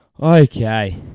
Okay